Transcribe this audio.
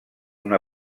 una